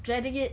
dreading it